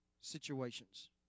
situations